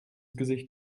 gesicht